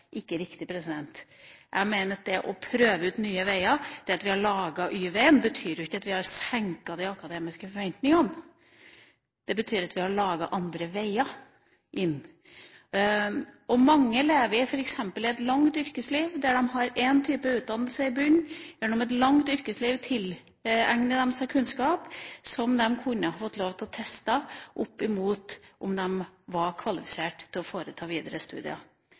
Det å prøve ut nye veier, det at vi har laget Y-veien, betyr jo ikke at vi har senket de akademiske forventningene. Det betyr at vi har laget andre veier inn. Mange lever f.eks. et langt yrkesliv der de har én type utdannelse i bunnen. Gjennom et langt yrkesliv tilegner de seg kunnskap som de kunne fått lov til å teste for å se om de var kvalifisert til videre studier. Det er det vi ønsker å